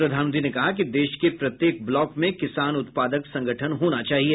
प्रधानमंत्री ने कहा कि देश के प्रत्येक ब्लाक में किसान उत्पादक संगठन होना चाहिए